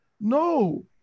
No